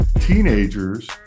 teenagers